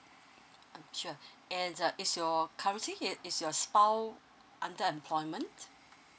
sure and uh it's so currently is your spouse under employment